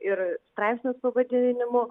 ir straipsnis pavadinimu